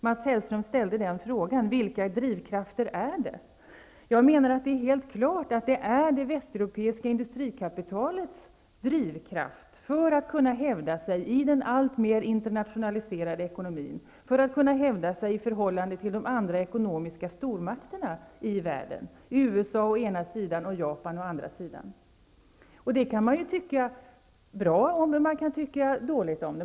Mats Hellström ställde frågan: Vilka drivkrafter är det? Jag menar att det är helt klart det västeuropeiska industrikapitalets drivkraft, för att kunna hävda sig i den allt mer internationaliserade ekonomin och i förhållande till de andra ekonomiska stormakterna i världen, USA och Japan. Det kan man tycka bra eller dåligt om.